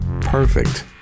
perfect